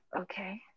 okay